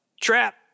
trap